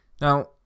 Now